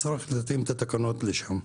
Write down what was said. צריך להתאים את התקנות לשם.